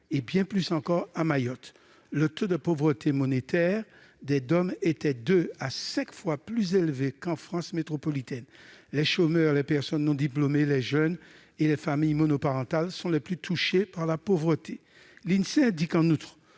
et bien plus encore à Mayotte. Le taux de pauvreté monétaire dans les DOM était deux à cinq fois plus élevé qu'en France métropolitaine. Les chômeurs, les personnes non diplômées, les jeunes et les familles monoparentales sont les plus touchés par la pauvreté. L'Insee indique en outre